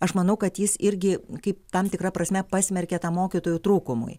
aš manau kad jis irgi kaip tam tikra prasme pasmerkė tam mokytojų trūkumui